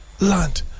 land